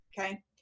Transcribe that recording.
Okay